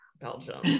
belgium